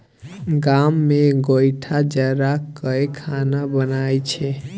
गाम मे गोयठा जरा कय खाना बनइ छै